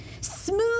Smooth